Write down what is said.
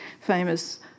famous